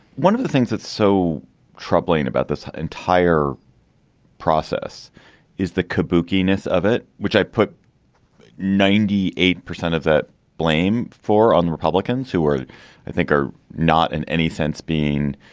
one of the things that's so troubling about this entire process is the kabuki ness of it, which i put ninety eight percent of the blame for on the republicans who are i think are not in any sense being